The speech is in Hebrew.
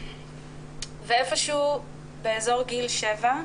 איפה שהוא באזור גיל 7,